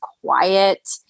quiet